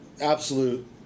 absolute